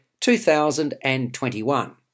2021